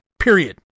period